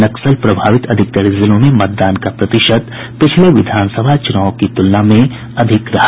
नक्सल प्रभावित अधिकतर जिलों में मतदान का प्रतिशत पिछले विधानसभा चुनावों की तुलना में अधिक रहा